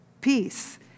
peace